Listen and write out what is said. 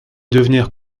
devenir